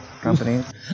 companies